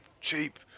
cheap